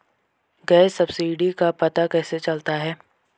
Gas subsidy का पता कैसे चलता है?